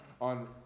on